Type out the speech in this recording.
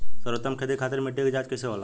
सर्वोत्तम खेती खातिर मिट्टी के जाँच कईसे होला?